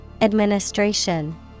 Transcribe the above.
Administration